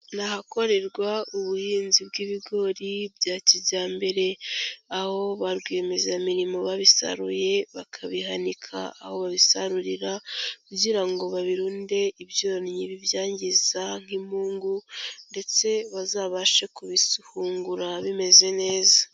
Ni ahakorerwa ubuhinzi bw'ibigori bya kijyambere, aho ba rwiyemezamirimo babisaruye bakabihanika aho babisarurira kugira ngo babirunde ibyonnyi BIbyangiza nk'impungu ndetse bazabashe kubihungura bimeze neza.